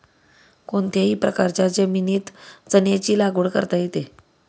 कोणत्याही प्रकारच्या जमिनीत चण्याची लागवड करता येते